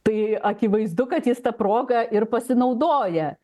tai akivaizdu kad jis ta proga ir pasinaudoja